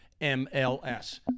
MLS